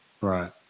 right